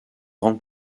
grande